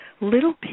little